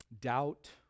doubt